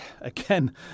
again